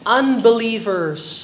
unbelievers